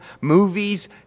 movies